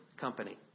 company